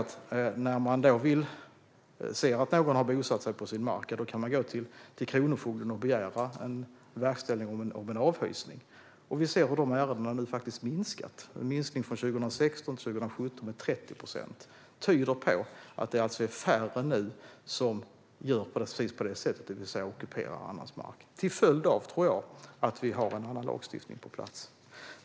När man ser att någon har bosatt sig på ens mark kan man gå till kronofogden och begära verkställande av en avhysning. Vi ser nu hur de ärendena har minskat. Det är en minskning med 30 procent från 2016 till 2017. Det tyder på att det är färre nu som gör precis så, det vill säga ockuperar någon annans mark. Det är till följd av att det finns en annan lagstiftning på plats.